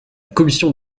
commission